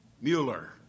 Mueller